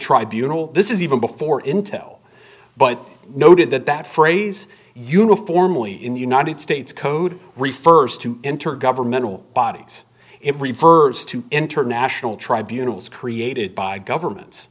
tribunals this is even before intel but noted that that phrase uniformly in the united states code refers to inter governmental bodies it refers to international tribunals created by government